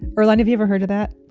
earlonne, have you ever heard of that?